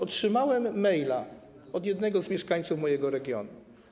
Otrzymałem maila od jednego z mieszkańców mojego regionu.